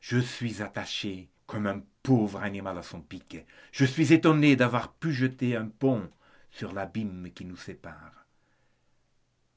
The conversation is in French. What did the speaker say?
je suis attachée comme un pauvre animal à son piquet je suis étonnée d'avoir pu jeter un pont sur l'abîme qui nous sépare